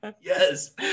yes